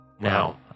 Now